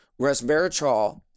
Resveratrol